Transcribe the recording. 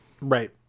Right